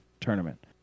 tournament